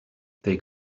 they